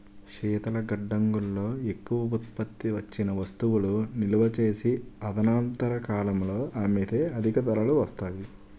శీతల గడ్డంగుల్లో ఎక్కువ ఉత్పత్తి వచ్చిన వస్తువులు నిలువ చేసి తదనంతర కాలంలో అమ్మితే అధిక ధరలు వస్తాయి